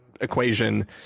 equation